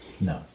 No